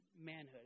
manhood